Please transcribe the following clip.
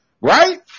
right